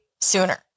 sooner